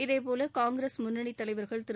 இதேபோல காங்கிரஸ் முன்னணித் தலைவர்கள் திரு